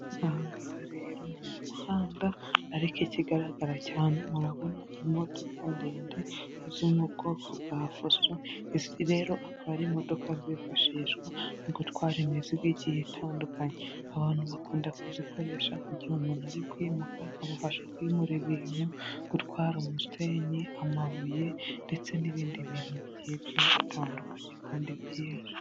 Aha ngaha rero ni mu muhanda, ariko ikigaragara cyane murabona imodoka ndende zo mu bwoko bwa Fuso, izi rero akaba ari imodoka zifashishwa mu gutwara imizigo igiye itandukanye. Abantu bakunda kuzikoresha nk'igihe umuntu ari kwimuka, ikamufasha kwimura ibintu, gutwara umusenyi, amabuye, ndetse n'ibindi bintu bigiye bitandukanye kandi byinshi.